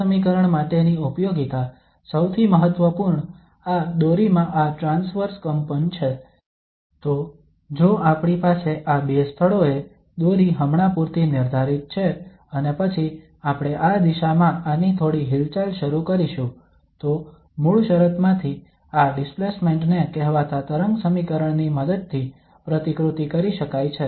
આ સમીકરણ માટેની ઉપયોગિતા સૌથી મહત્વપૂર્ણ આ દોરીમાં આ ટ્રાંસવર્સ કંપન છે તો જો આપણી પાસે આ બે સ્થળોએ દોરી હમણાં પૂરતી નિર્ધારિત છે અને પછી આપણે આ દિશામાં આની થોડી હિલચાલ શરૂ કરીશું તો મૂળ શરતમાંથી આ ડિસ્પ્લેસમેન્ટ ને કહેવાતા તરંગ સમીકરણ ની મદદથી પ્રતિકૃતિ કરી શકાય છે